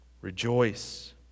Rejoice